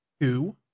two